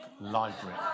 library